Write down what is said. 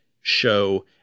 show